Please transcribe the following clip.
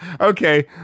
Okay